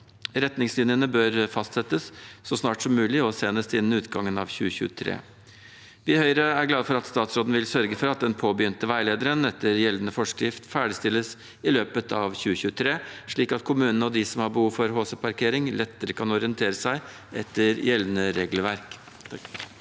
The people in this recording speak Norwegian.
Retningslinjene bør fastsettes så snart som mulig, og senest innen utgangen av 2023. Vi i Høyre er glade for at statsråden vil sørge for at den påbegynte veilederen etter gjeldende forskrift ferdigstilles i løpet av 2023, slik at kommunene og de som har behov for HC-parkering, lettere kan orientere seg etter gjeldende regelverk.